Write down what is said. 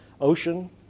ocean